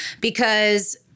because-